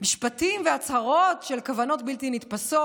משפטים והצהרות של כוונות בלתי נתפסות,